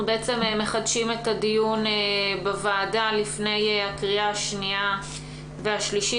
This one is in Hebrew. אנחנו בעצם מחדשים את הדיון בוועדה לפני הקריאה השנייה והשלישית,